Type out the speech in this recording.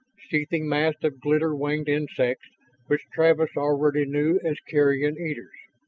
seething mass of glitter-winged insects which travis already knew as carrion eaters.